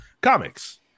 Comics